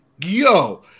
yo